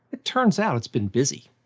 it turns out it's been busy!